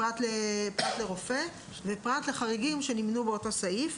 פרט לרופא ופרט לחריגים שנמנו באותו סעיף.